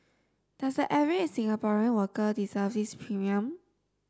does a average Singaporean worker deserve this premium